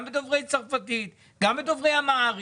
צרפתית ואמהרית.